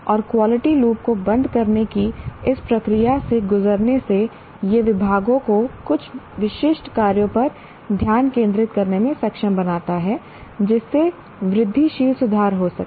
और quality loop को बंद करने की इस प्रक्रिया से गुजरने से यह विभागों को कुछ विशिष्ट कार्यों पर ध्यान केंद्रित करने में सक्षम बनाता है जिससे वृद्धिशील सुधार हो सके